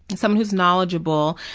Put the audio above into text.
and someone who's knowledgeable.